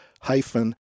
hyphen